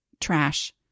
Trash